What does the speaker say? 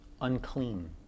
unclean